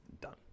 done